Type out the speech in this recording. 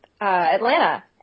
Atlanta